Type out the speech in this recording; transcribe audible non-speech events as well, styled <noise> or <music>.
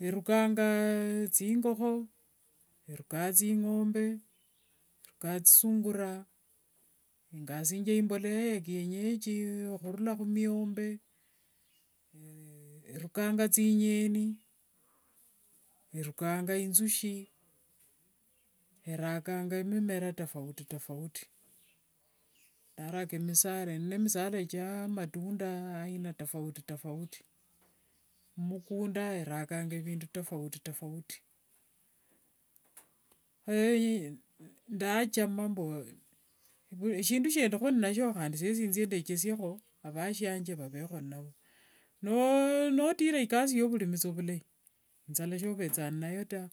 Erukanga thingokho, erukanga thingombe, rukanga thisungura, engasinjia imbolea ya kienyeji, khurula khumwombe <hesitation> erukanga thinyeni erukanga inthushi, erakanga mimea tofauti tofauti. Ndaraka misala ethiama matunda aina tofauti tofauti. Mumukunda erakanga vindu tofauti tofauti. Khei ndachama mbu, shindu shindikho inasio handi siesi thie ndekesiekho avashianje vavekho inashio. Notira ikasi yovulimisa vulai, injala sovethanga inayo ta.